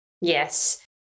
Yes